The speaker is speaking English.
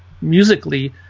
musically